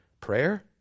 Prayer